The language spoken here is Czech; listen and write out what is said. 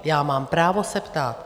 Já mám právo se ptát.